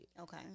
Okay